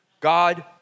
God